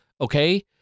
Okay